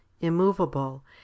immovable